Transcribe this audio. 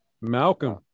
Malcolm